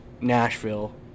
Nashville –